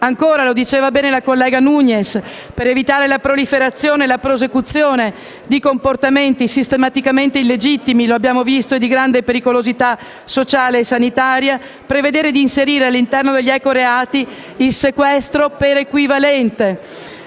Ancora, come diceva bene la collega Nugnes, per evitare la proliferazione e la prosecuzione di comportamenti sistematicamente illegittimi, che abbiamo visto essere di grande pericolosità sociale e sanitaria, occorre inserire all'interno della normativa sugli ecoreati il sequestro per equivalente,